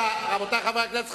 רבותי חברי הכנסת.